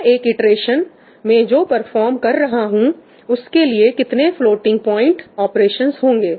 मैं एक इटरेशन में जो परफॉर्म कर रहा हूं उसके लिए कितने फ्लोटिंग प्वाइंट ऑपरेशंस होंगे